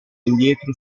indietro